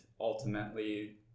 ultimately